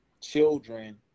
children